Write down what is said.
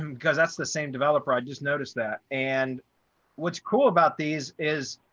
um because that's the same developer. i just noticed that and what's cool about these is,